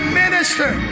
minister